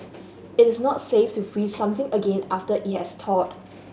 it is not safe to freeze something again after it has thawed